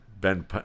Ben